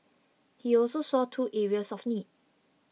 he also saw two areas of need